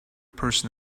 person